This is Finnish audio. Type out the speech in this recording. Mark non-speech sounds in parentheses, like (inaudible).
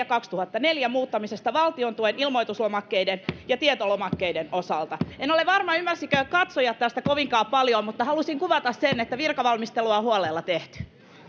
(unintelligible) kaksituhattaneljä muuttamisesta valtiontuen ilmoituslomakkeiden ja tietolomakkeiden osalta en ole varma ymmärsivätkö katsojat tästä kovinkaan paljoa mutta halusin kuvata sen että virkavalmistelua on huolella tehty